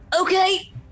Okay